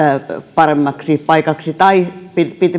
paremmiksi paikoiksi tai